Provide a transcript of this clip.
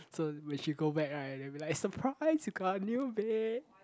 so when she go back right then we'll be like surprise you got a new bed